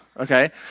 Okay